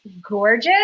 gorgeous